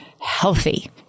healthy